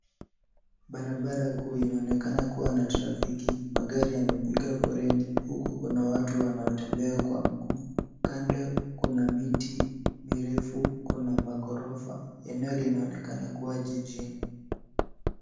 Barabara kuu inaonekana kuwa na trafiki. Magari yamepiga foleni huku kuna watu wanaotembea kwa mguu. Kando kuna miti mirefu. Kuna maghorofa. Eneo linaonekana kuwa jijini.